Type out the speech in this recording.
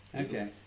Okay